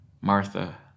Martha